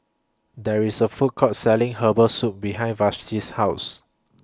There IS A Food Court Selling Herbal Soup behind Vashti's House